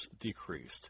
decreased